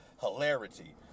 hilarity